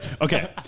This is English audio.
okay